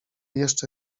jeszcze